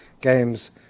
games